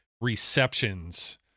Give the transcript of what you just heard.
receptions